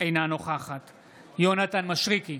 אינה נוכחת יונתן מישרקי,